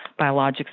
biologics